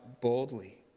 boldly